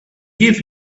give